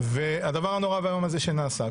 והדבר הנורא והאיום הזה שנעשה,